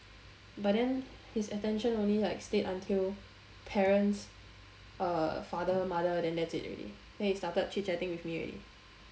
but then his attention only like stayed until parents uh father mother then that's it already then he started chit chatting with me already